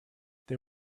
they